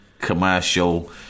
commercial